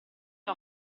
che